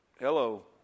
hello